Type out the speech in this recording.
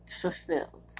fulfilled